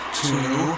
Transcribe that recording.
two